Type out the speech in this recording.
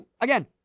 again